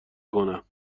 کنم